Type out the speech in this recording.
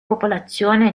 popolazione